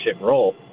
role